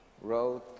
wrote